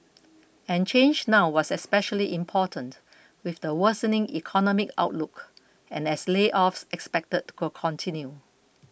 and change now was especially important with the worsening economic outlook and as layoffs expected to continue